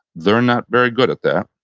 they're not very good at that.